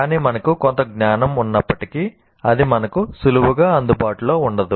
కానీ మనకు కొంత జ్ఞానం ఉన్నప్పటికీ అది మనకు సులువుగా అందుబాటులో ఉండదు